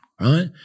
Right